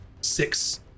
Six